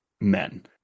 men